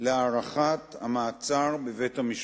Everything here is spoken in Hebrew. להארכת מעצר בבית-המשפט.